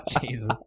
Jesus